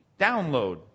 download